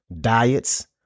diets